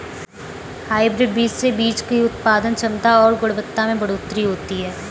hybrid बीज से बीज की उत्पादन क्षमता और गुणवत्ता में बढ़ोतरी होती है